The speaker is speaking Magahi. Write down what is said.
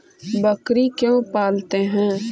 बकरी क्यों पालते है?